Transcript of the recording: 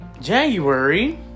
January